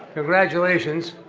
congratulations.